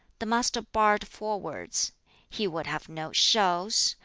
the master barred four words he would have no shall's,